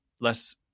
less